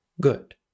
good